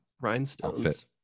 rhinestones